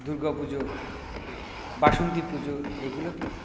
দুর্গা পুজো বাসন্তী পুজো এইগুলোকে